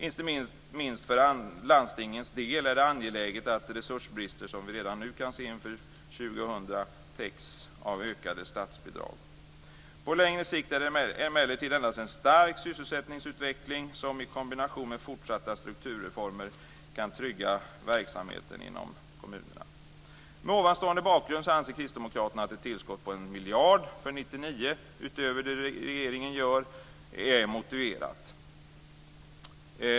Inte minst för landstingens del är det angeläget att de resursbrister som vi redan nu kan se inför år 2000 täcks av ökade statsbidrag. På längre sikt är det emellertid endast en stark sysselsättningsutveckling som i kombination med fortsatta strukturreformer kan trygga verksamheten inom kommunerna. Mot ovanstående bakgrund anser kristdemokraterna att ett tillskott på 1 miljard kronor för 1999 utöver det regeringen gör är motiverat.